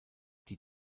die